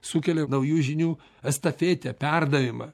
sukelia naujų žinių estafetę perdavimą